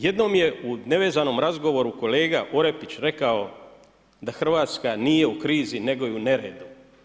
Jednom je u nevezanom razgovoru kolega Orepić rekao da RH nije u krizi nego je u neredu.